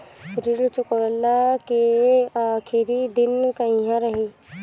ऋण चुकव्ला के आखिरी दिन कहिया रही?